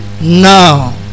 Now